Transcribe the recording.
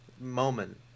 moment